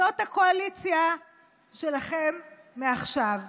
לא, זו הקואליציה שלכם מעכשיו.